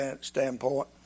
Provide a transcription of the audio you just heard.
standpoint